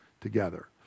together